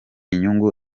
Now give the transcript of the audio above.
inyungu